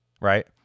Right